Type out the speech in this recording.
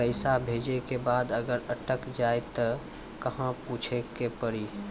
पैसा भेजै के बाद अगर अटक जाए ता कहां पूछे के पड़ी?